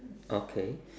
okay